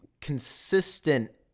consistent